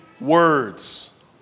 words